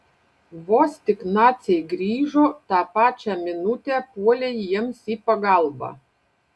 vos tik naciai grįžo tą pačią minutę puolei jiems į pagalbą